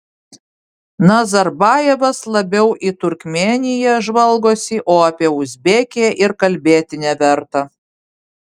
nazarbajevas labiau į turkmėniją žvalgosi o apie uzbekiją ir kalbėti neverta